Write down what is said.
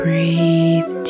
Breathe